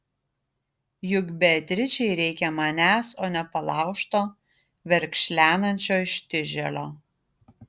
juk beatričei reikia manęs o ne palaužto verkšlenančio ištižėlio